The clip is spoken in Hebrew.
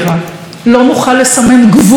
לא נוכל לסמן גבול לישראל.